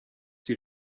die